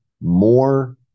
more